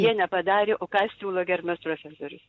jie nepadarė o ką siūlo gerbiamas profesorius